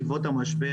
בעקבות המשבר,